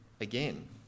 again